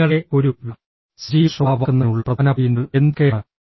നിങ്ങളെ ഒരു സജീവ ശ്രോതാവാക്കുന്നതിനുള്ള പ്രധാന പോയിന്റുകൾ എന്തൊക്കെയാണ്